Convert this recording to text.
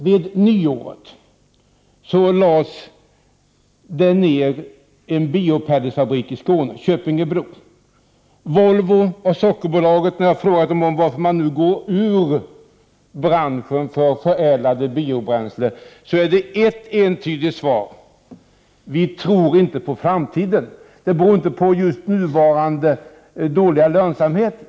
Vid nyåret lades biopelletsfabriken i Köpingebro i Skåne ned. Jag frågade Volvo och Sockerbolaget varför de nu går ur branschen för förädlade biobränslen. Jag fick ett entydigt svar: de tror inte på branschens framtid. Det beror inte på nuvarande dåliga lönsamhet.